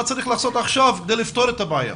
צריך לעשות עכשיו כדי לפתור את הבעיה?